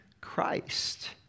Christ